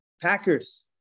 Packers